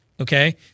Okay